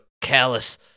callous